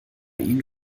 ihnen